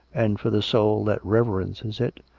and for the soul that reverences it,